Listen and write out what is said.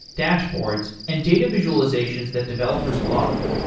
dashboards and data visualizations that developers love.